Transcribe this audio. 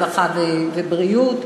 הרווחה והבריאות,